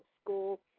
school